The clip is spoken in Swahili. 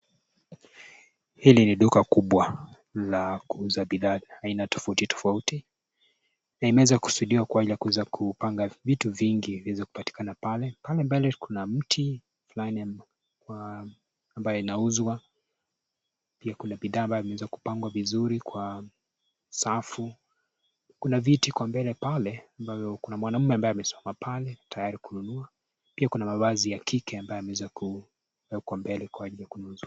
Hili ni duka kubwa la kuuza bidhaa aina tofauti tofauti, na inaeza kusudiwa kuwa la kuweza kupanga vitu vingi viweze kupatikana pale. Pale mbele kuna mti fulani ambayo inauzwa. Pia kuna bidhaa ambazo imeweza kupangwa vizuri kwa safu. Kuna viti huko mbele pale ,ambavyo kuna mwanaume ambaye amesimama pale tayari kununua , pia kuna mavazi ya kike ambaye ameweza kuekwa uko mbele kwa ajili ya kuuzwa.